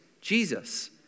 Jesus